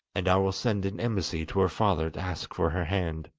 and i will send an embassy to her father to ask for her hand